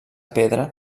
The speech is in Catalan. pedra